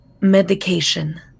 medication